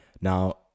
Now